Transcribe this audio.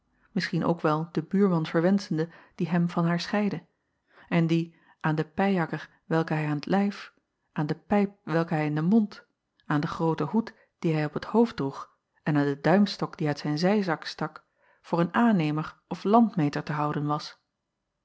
misschien ook wel den buurman verwenschende die hem van haar scheidde en die aan den pijjakker welken hij aan t lijf aan de pijp welke hij in den mond aan den grooten hoed dien hij op t hoofd droeg en aan den duimstok die uit zijn zijzak stak voor een aannemer of landmeter te houden was